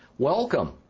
Welcome